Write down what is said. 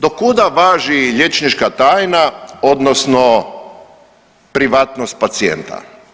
Do kuda važi liječnička tajna odnosno privatnost pacijenta.